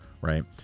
right